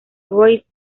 royce